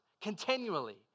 continually